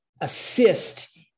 assist